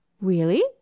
Really